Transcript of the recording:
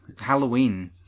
Halloween